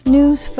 News